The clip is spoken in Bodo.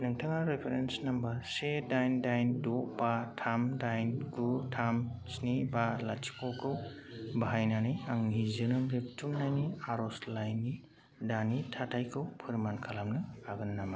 नोंथाङा रेफारेन्स नम्बर से दाइन दाइन द' बा थाम दाइन गु थाम स्नि बा लाथिख'खौ बाहायनानै आंनि जोनोम रेबथुमनायनि आर'जलाइनि दानि थाथाइखौ फोरमान खालामनो हागोन नामा